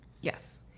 Yes